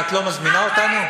ואת לא מזמינה אותנו?